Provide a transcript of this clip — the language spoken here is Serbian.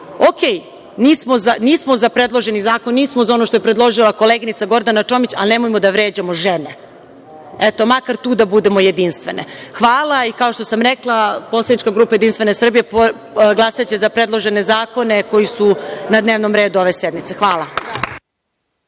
redu, nismo za predloženi zakon, nismo za ono što je predložila koleginica Gordana Čomić, ali nemojmo da vređamo žene. Eto, makar tu da budemo jedinstvene. Hvala. Kao što sam rekla, poslanička grupa Jedinstvene Srbije glasaće za predložene zakone koji su na dnevnom redu ove sednice. Hvala.